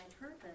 purpose